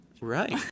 Right